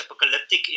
apocalyptic